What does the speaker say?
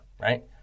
right